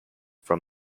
from